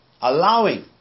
Allowing